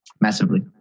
massively